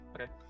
Okay